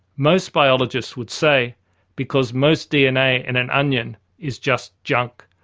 most biologists would say because most dna in an onion is just junk,